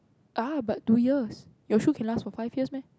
ah but two years you sure can last for five years meh